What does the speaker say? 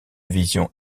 vision